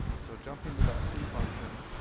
so jumping to that c function,